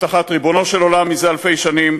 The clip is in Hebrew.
הבטחת ריבונו של עולם מזה אלפי שנים,